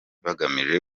bagamije